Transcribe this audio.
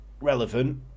relevant